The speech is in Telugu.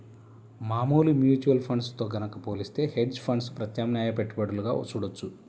మామూలు మ్యూచువల్ ఫండ్స్ తో గనక పోలిత్తే హెడ్జ్ ఫండ్స్ ప్రత్యామ్నాయ పెట్టుబడులుగా చూడొచ్చు